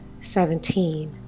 seventeen